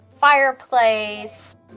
fireplace